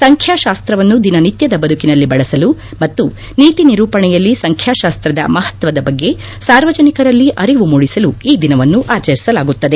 ಸಂಖ್ಯಾತಾಸ್ತ್ರವನ್ನು ದಿನನಿತ್ಯದ ಬದುಕಿನಲ್ಲಿ ಬಳಸಲು ಮತ್ತು ನೀತಿ ನಿರೂಪಣೆಯಲ್ಲಿ ಸಂಖ್ಯಾತಾಸ್ತ್ರದ ಮಪತ್ವದ ಬಗ್ಗೆ ಸಾರ್ವಜನಿಕರಲ್ಲಿ ಅರಿವು ಮೂಡಿಸಲು ಈ ದಿನವನ್ನು ಆಚರಿಸಲಾಗುತ್ತದೆ